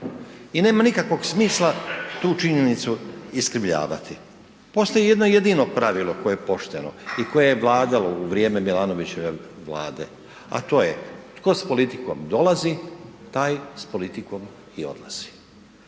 i nema nikakvog smisla tu činjenicu iskrivljavati. Postoji jedno jedino pravilo koje je pošteno i koje je vladalo u vrijeme Milanovićeve vlade, a to je tko s politikom dolazi taj i s politikom odlazi.